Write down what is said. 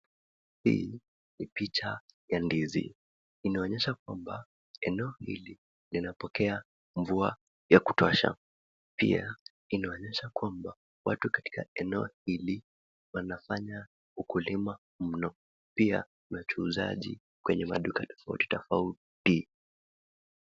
Hii ni picha ya ndizi. Inaonyesha kwamba eneo hili linapokea mvua ya kutosha. Pia inaonyesha kwamba watu katika eneo hili wanafanya ukulima mno. Pia machuuzaji kwenye maduka tofauti tofauti.